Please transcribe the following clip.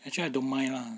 actually I don't mind lah